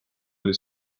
oli